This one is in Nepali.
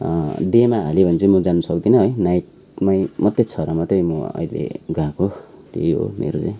डेमा हाल्यो भने चाहिँ म जान सक्दिनँ है नाइटमै मात्रै छ र मात्रै म आहिले गएको त्यही हो मेरो चाहिँ